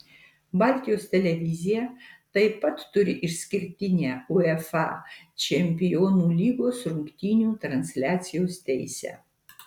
baltijos televizija taip pat turi išskirtinę uefa čempionų lygos rungtynių transliacijos teisę